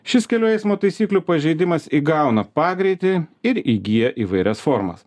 šis kelių eismo taisyklių pažeidimas įgauna pagreitį ir įgyja įvairias formas